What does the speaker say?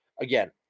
Again